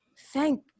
thank